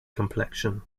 complexion